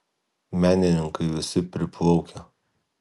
menininkai visi priplaukę